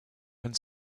and